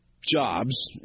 jobs